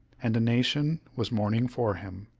and a nation was mourning for him.